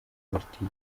politiki